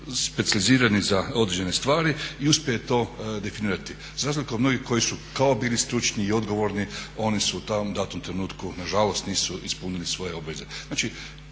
specijalizirani za određene stvari i uspio je to definirati za razliku od mnogih koji su kao bili stručni i odgovorni. Oni su u datom trenutku, na žalost nisu ispunili svoje obveze. Znači,